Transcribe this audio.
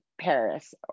paris